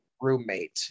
roommate